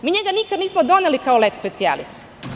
Mi njega nikad nismo doneli kao "lex specialis"